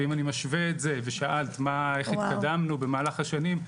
ואם אני משווה את זה ושאלת איך התקדמנו במהלך השנים,